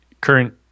current